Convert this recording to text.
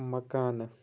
مکانہٕ